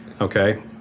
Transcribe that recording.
Okay